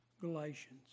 galatians